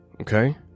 Okay